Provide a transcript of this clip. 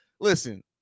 Listen